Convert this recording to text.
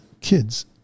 kids